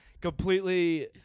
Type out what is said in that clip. completely